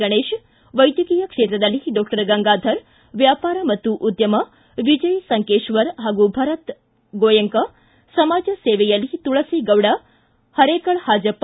ಗಣೇಶ್ ವೈದ್ಯಕೀಯ ಕ್ಷೇತ್ರದಲ್ಲಿ ಡಾಕ್ಟರ್ ಗಂಗಾಧರ್ ವ್ಣಾಪಾರ ಮತ್ತು ಉದ್ದಮ ವಿಜಯ್ ಸಂಕೇಶ್ವರ ಹಾಗೂ ಭರತ್ ಗೋಯೆಂಕಾ ಸಮಾಜ ಸೇವೆಯಲ್ಲಿ ತುಳು ಗೌಡ ಹರೇಕಳ ಹಾಜಬ್ಬ